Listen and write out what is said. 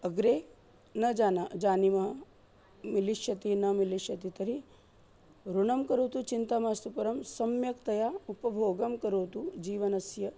अग्रे न जाना जानीमः मिलिष्यति न मिलिष्यति तर्हि ऋणं करोतु चिन्ता मास्तु परं सम्यक्तया उपभोगं करोतु जीवनस्य